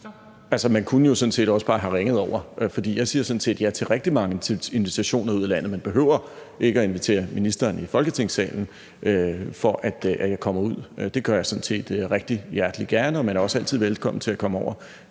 man kunne jo sådan set også bare have ringet over, for jeg siger sådan set ja til rigtig mange invitationer ude i landet. Man behøver ikke at invitere ministeren i Folketingssalen, for at jeg kommer ud. Det gør jeg sådan set rigtig hjertelig gerne, og man er også altid velkommen til at komme over